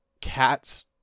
cats